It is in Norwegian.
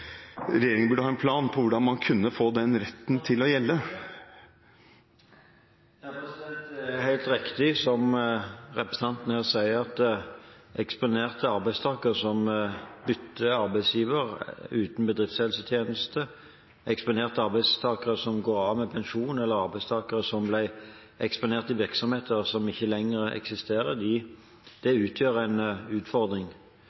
en plan for hvordan man kunne få den retten til å gjelde. Det er helt riktig som representanten her sier, at eksponerte arbeidstakere som bytter til en arbeidsgiver uten bedriftshelsetjeneste, eksponerte arbeidstakere som går av med pensjon, eller arbeidstakere som ble eksponert i virksomheter som ikke lenger eksisterer,